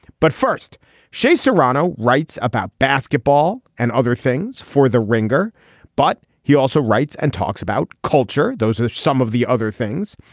but first shea serrano writes about basketball and other things for the ringer but he also writes and talks about culture those are some of the other things.